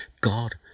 God